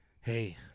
hey